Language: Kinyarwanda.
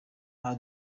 aha